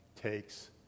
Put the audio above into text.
takes